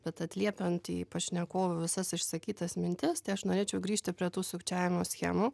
bet atliepiant į pašnekovo visas išsakytas mintis tai aš norėčiau grįžti prie tų sukčiavimo schemų